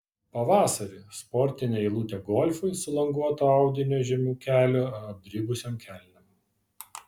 pavasarį sportinė eilutė golfui su languoto audinio žemiau kelių apdribusiom kelnėm